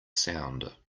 sound